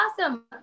awesome